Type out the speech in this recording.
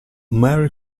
merry